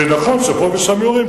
ונכון שפה ושם יורים,